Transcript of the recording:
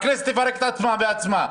הכנסת תפרק את עצמה בעצמה,